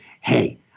hey